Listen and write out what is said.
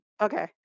Okay